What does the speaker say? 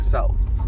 South